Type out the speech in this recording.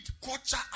culture